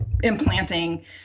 implanting